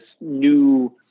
new